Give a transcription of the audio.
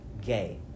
Gay